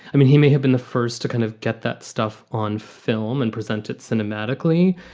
i mean, he may have been the first to kind of get that stuff on film and presented cinematically.